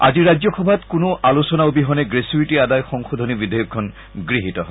আজি ৰ্যজ সভাত কোনো আলোচনা অবিহনে গ্ৰেছুইটি আদায় সংশোধনী বিধেয়কখন গহীত হয়